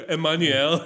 Emmanuel